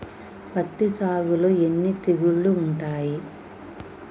పత్తి సాగులో ఎన్ని తెగుళ్లు ఉంటాయి?